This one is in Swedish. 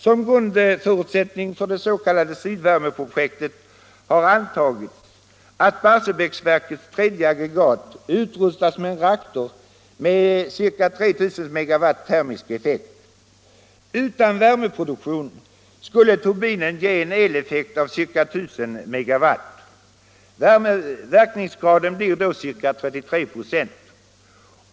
Som grundförutsättning för det s.k. Sydvärmeprojektet har antagits att Barsebäcksverkets tredje aggregat utrustas med en reaktor med ca 3000 MW termisk effekt. Utan värmeproduktion skulle turbinen ge en eleffekt av ca 1000 MW. Verkningsgraden blir då ca 33 26.